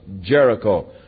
Jericho